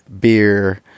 beer